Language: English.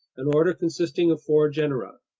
an order consisting of four genera.